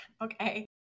Okay